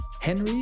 henry